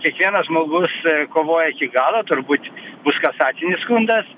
kiekvienas žmogus kovoja iki galo turbūt bus kasacinis skundas